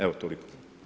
Evo toliko.